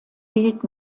fehlt